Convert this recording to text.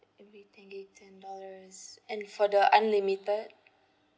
every ten gig ten dollars and for the unlimited